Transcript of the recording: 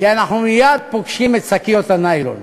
כי אנחנו מייד פוגשים את שקיות הניילון,